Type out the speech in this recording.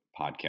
podcast